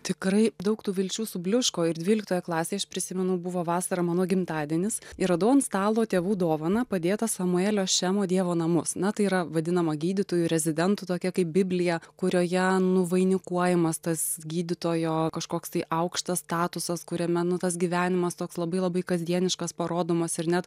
tikrai daug tų vilčių subliuško ir dvyliktoje klasėje aš prisimenu buvo vasarą mano gimtadienis ir radau ant stalo tėvų dovaną padėtą samuelio šemo dievo namus na tai yra vadinama gydytojų rezidentų tokia kaip biblija kurioje nuvainikuojamas tas gydytojo kažkoks tai aukštas statusas kuriame nu tas gyvenimas toks labai labai kasdieniškas parodomas ir net